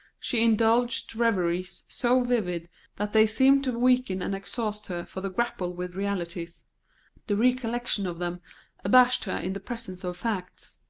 she indulged reveries so vivid that they seemed to weaken and exhaust her for the grapple with realities the recollection of them abashed her in the presence of facts.